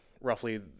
roughly